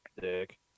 Dick